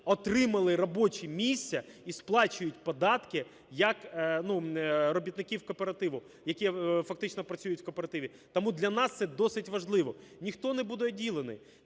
отримали робочі місця і сплачують податки як робітників кооперативу, які фактично працюють у кооперативі. Тому для нас це досить важливо. Ніхто не буде обділений,